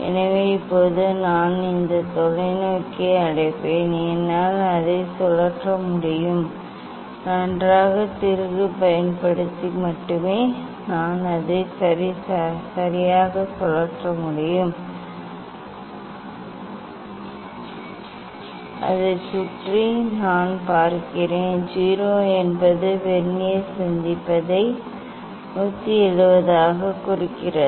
எனவே இப்போது நான் இந்த தொலைநோக்கியை அடைப்பேன் என்னால் அதை சுழற்ற முடியாது நன்றாக திருகு பயன்படுத்தி மட்டுமே நான் அதை சரியாக சுழற்ற முடியும் நன்றாக திருகு பயன்படுத்தி மட்டுமே நான் அதை சுழற்ற முடியும் அதைச் சுற்றி நான் பார்க்கிறேன் 0 என்பது வெர்னியர் சந்திப்பதை 170 ஆகக் குறிக்கிறது